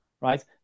right